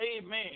amen